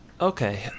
Okay